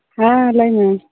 ᱦᱮᱸ ᱞᱟᱹᱭ ᱢᱮ